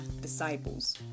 disciples